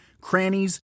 crannies